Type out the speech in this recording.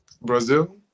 Brazil